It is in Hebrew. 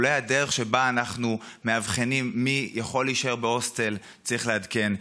אולי את הדרך שבה אנחנו מאבחנים מי יכול להישאר בהוסטל צריך לעדכן,